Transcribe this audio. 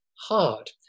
hard